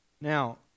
now